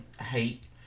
hate